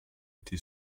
été